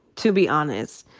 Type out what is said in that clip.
to be honest.